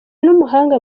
n’umuhanga